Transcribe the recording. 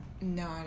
No